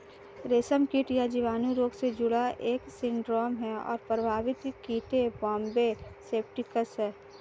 रेशमकीट यह जीवाणु रोग से जुड़ा एक सिंड्रोम है और प्रभावित कीड़े बॉम्बे सेप्टिकस है